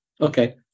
Okay